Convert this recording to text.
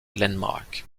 landmark